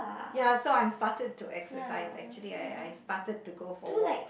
ya so I'm started to exercise actually I I started to go for a walk